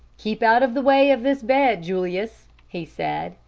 keep out of the way of this bed, julius, he said.